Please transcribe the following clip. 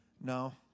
no